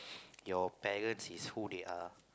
your parents is who they are